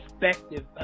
perspective